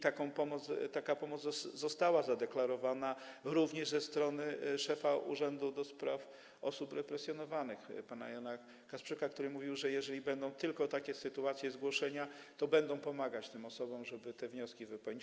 Taka pomoc została zadeklarowana również ze strony szefa urzędu do spraw osób represjonowanych pana Jana Kasprzyka, który mówił, że jeżeli tylko będą takie sytuacje, zgłoszenia, to będą pomagać tym osobom, żeby te wnioski wypełnić.